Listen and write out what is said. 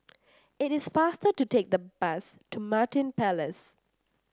it is faster to take the bus to Martin Palace